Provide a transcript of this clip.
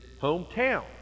hometown